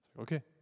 Okay